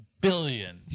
Billion